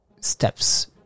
Steps